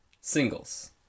singles